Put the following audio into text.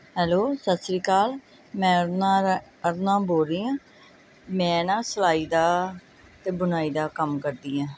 hello ਸਤਿ ਸ਼੍ਰੀ ਅਕਾਲ ਮੈਂ ਨਾ ਅਰੁਣਾ ਰਾਣੀ ਅਰੁਣਾ ਬੋਲ ਰਹੀ ਹਾਂ ਮੈਂ ਨਾ ਸਿਲਾਈ ਦਾ ਅਤੇ ਬੁਣਾਈ ਦਾ ਕੰਮ ਕਰਦੀ ਹਾਂ